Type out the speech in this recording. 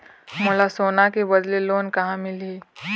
मोला सोना के बदले लोन कहां मिलही?